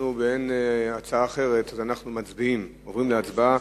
באין הצעה אחרת, אנחנו עוברים להצבעה.